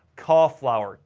cauliflower,